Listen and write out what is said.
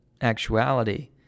actuality